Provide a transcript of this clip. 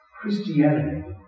Christianity